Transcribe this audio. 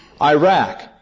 Iraq